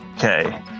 Okay